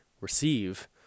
receive